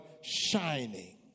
shining